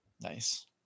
Nice